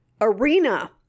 arena